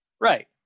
right